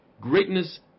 greatness